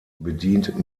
bedient